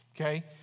okay